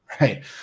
right